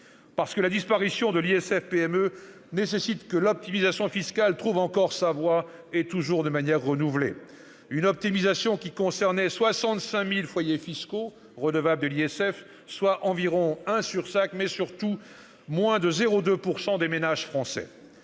Madelin. La disparition de l'ISF-PME nécessitait que l'optimisation fiscale trouve encore sa voie, de manière toujours renouvelée. Cette optimisation concernait 65 000 foyers fiscaux redevables de l'ISF, soit environ un sur cinq, mais surtout moins de 0,2 % des ménages français.